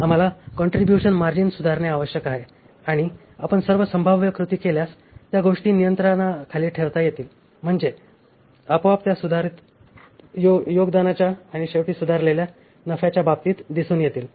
आम्हाला contribution margin सुधारणे आवश्यक आहे आणि आपण सर्व संभाव्य कृती केल्यास त्या गोष्टी नियंत्रणाखाली ठेवता येतील म्हणजे आपोआप त्या सुधारित योगदानाच्या आणि शेवटी सुधारलेल्या नफ्याच्या बाबतीत दिसून येतील